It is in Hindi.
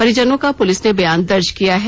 पजिनों का पुलिस ने बयान दर्ज किया है